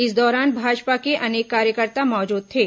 इस दौरान भाजपा के अनेक कार्यकर्ता मौजूद थे